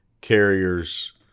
carriers